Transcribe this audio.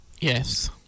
Yes